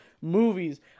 movies